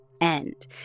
end